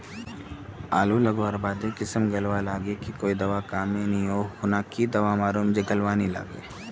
आलू लगवार बात ए किसम गलवा लागे की कोई दावा कमेर नि ओ खुना की दावा मारूम जे गलवा ना लागे?